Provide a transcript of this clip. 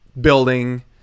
building